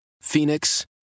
Phoenix